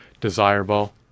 desirable